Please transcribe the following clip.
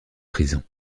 prison